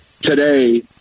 today